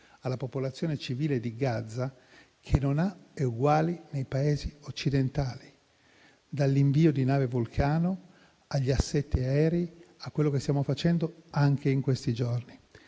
alla popolazione civile di Gaza che non ha eguali nei Paesi occidentali, dall'invio della nave Vulcano agli assetti aerei a quello che stiamo facendo anche in questi giorni.